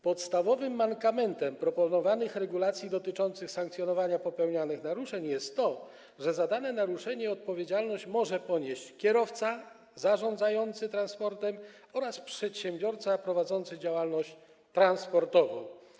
Podstawowym mankamentem proponowanych regulacji dotyczących sankcjonowania popełnianych naruszeń jest to, że za dane naruszenie odpowiedzialność może ponieść kierowca, zarządzający transportem oraz przedsiębiorca prowadzący działalność transportową.